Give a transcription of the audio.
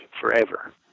forever